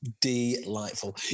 delightful